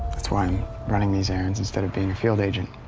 that's why i'm running these errands instead of being a field agent.